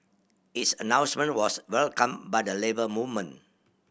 its announcement was welcomed by the Labour Movement